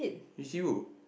reuse